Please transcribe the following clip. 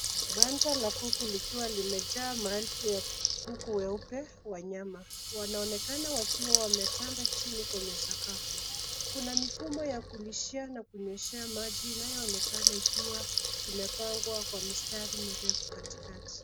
Banta la kuku likiwa limejaa maelfu ya kuku weupe wa nyama. Wanaonekana wakiwa wametanda chini kwenye sakafu. Kuna mifumo ya kulishia na kunyweshea maji inayoonekana ikiwa imepangwa kwa mistari mirefu katikati.